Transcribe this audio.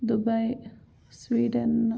Dubai Sweden